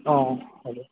অঁ হ'ব